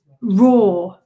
raw